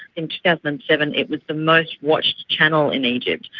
in yeah and seven it was the most-watched channel in egypt.